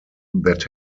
that